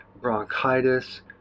bronchitis